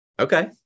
Okay